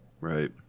Right